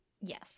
Yes